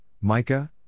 Micah